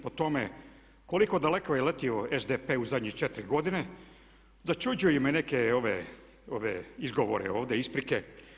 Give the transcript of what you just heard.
Po tome koliko daleko je letio SDP u zadnje četiri godine začuđuju me neke izgovori ovdje, isprike.